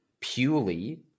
purely